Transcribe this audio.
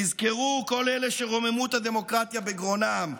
תזכרו, כל אלה שרוממות הדמוקרטיה בגרונם,